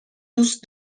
دوست